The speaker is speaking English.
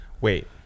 wait